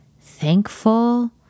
thankful